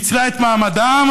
ניצלה את מעמדם.